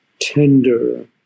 tender